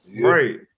Right